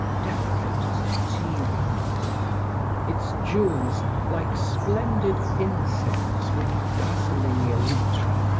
delicate as a tea-rose its jewels like splendid insects with dazzling elytra,